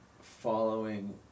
following